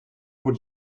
would